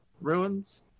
ruins